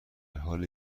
حال